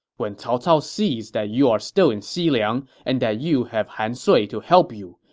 when cao cao sees that you are still in xiliang and that you have han sui to help you,